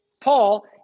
Paul